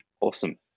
Awesome